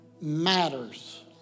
matters